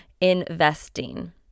Investing